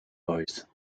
boys